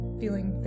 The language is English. feeling